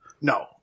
No